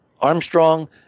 Armstrong